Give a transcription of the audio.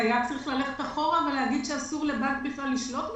צריך היה ללכת אחורה ולהגיד שאסור לבנק לשלוט בחתם.